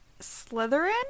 Slytherin